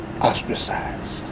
ostracized